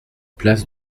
place